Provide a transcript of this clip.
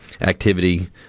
activity